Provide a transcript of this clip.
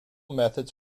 methods